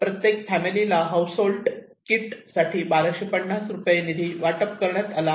प्रत्येक फॅमिलीला household kit साठी बाराशे पन्नास रुपये निधी वाटप करण्यात आला आहे